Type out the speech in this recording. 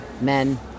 men